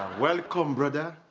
welcome brother.